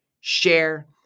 share